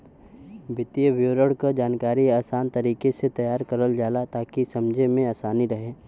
वित्तीय विवरण क जानकारी आसान तरीके से तैयार करल जाला ताकि समझे में आसानी रहे